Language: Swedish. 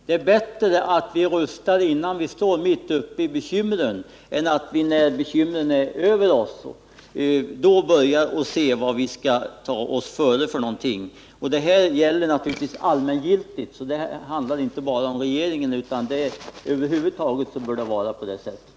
Det är bättre att vi rustar innan vi står mitt uppe i bekymren än att vi när bekymren är över oss börjar se efter vad vi skall ta oss före. Detta är allmängiltigt och handlar inte bara om regeringen — det bör över huvud taget vara på det sättet.